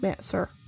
sir